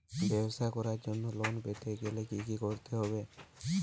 ব্যবসা করার জন্য লোন পেতে গেলে কি কি করতে হবে?